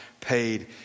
paid